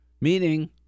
meaning